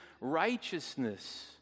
righteousness